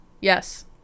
Yes